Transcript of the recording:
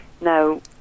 now